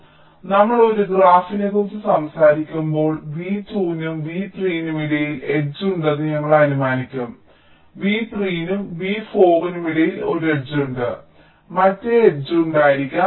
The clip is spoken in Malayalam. അതിനാൽ നമ്മൾ ഒരു ഗ്രാഫിനെക്കുറിച്ച് സംസാരിക്കുമ്പോൾ v2 നും v3 നും ഇടയിൽ എഡ്ജ് ഉണ്ടെന്ന് ഞങ്ങൾ അനുമാനിക്കും v3 നും v4 നും ഇടയിൽ ഒരു എഡ്ജ് ഉണ്ട് മറ്റ് എഡ്ജ് ഉണ്ടായിരിക്കാം